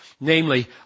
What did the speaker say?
namely